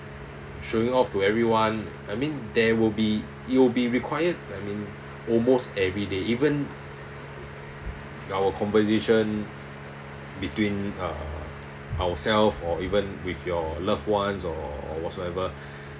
showing off to everyone I mean there will be it will be required I mean almost everyday even our conversation between uh ourself or even with your loved one or whatsoever